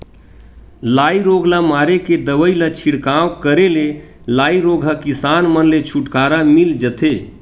लाई रोग ल मारे के दवई ल छिड़काव करे ले लाई रोग ह किसान मन ले छुटकारा मिल जथे